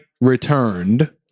Returned